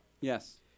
Yes